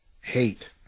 hate